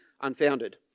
unfounded